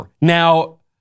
Now